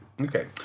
Okay